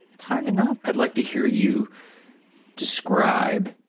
it's hard enough. i like to hear you describe